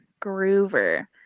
Groover